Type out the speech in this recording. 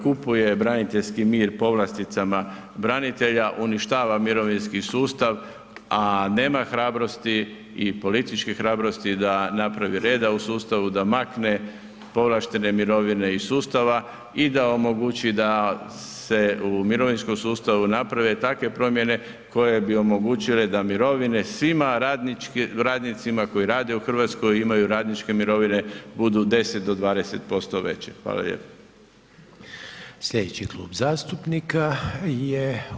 Kupuje braniteljski mir povlasticama branitelja, uništava mirovinski sustav, a nema hrabrosti i političke hrabrosti da napravi reda u sustavu, da makne povlaštene mirovine iz sustava i da omogući da se u mirovinskom sustavu naprave takve promjene koje bi omogućile da mirovine svim radnicima koji rade u Hrvatskoj imaju radničke mirovine budu 10 do 20% veće.